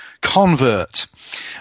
Convert